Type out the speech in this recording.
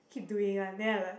keep doing one then I'm like